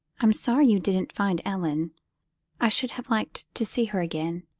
i'm sorry you didn't find ellen i should have liked to see her again,